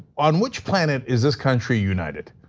on which planet is this country united?